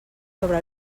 sobre